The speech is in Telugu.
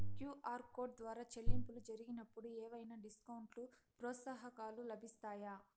క్యు.ఆర్ కోడ్ ద్వారా చెల్లింపులు జరిగినప్పుడు ఏవైనా డిస్కౌంట్ లు, ప్రోత్సాహకాలు లభిస్తాయా?